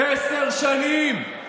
עשר שנים,